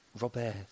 Robert